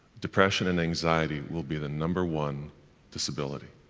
depression and anxiety will be the number one disability